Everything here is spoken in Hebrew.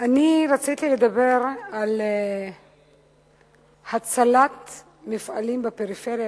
אני רציתי לדבר על הצלת מפעלים בפריפריה,